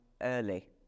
early